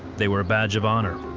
they were a badge of honor.